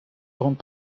grande